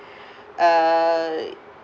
uh